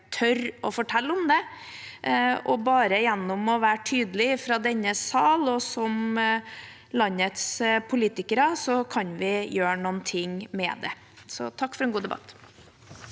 ikke tør å fortelle det. Gjennom å være tydelige fra denne sal, som landets politikere, kan vi gjøre noe med det. Så takk for en god debatt.